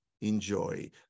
enjoy